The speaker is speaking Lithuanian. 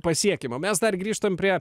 pasiekiama mes dar grįžtam prie